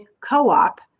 co-op